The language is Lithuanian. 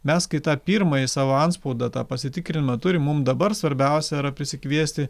mes kai tą pirmąjį savo antspaudą tą pasitikrinimą turim mum dabar svarbiausia yra prisikviesti